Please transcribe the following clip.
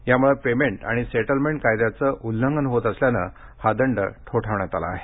यामुळे पेमेंट आणि सेटलमेंट कायद्याचं उल्लंघन होत असल्यानं हा दंड ठोठावण्यात आला आहे